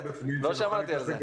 לא שמעתי על זה.